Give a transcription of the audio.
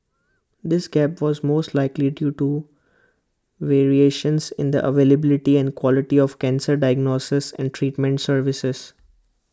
this gap was most likely due to variations in the availability and quality of cancer diagnosis and treatment services